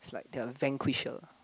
it's like their vanquish